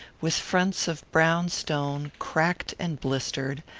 with fronts of brown stone, cracked and blistered,